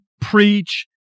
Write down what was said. preach